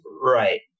right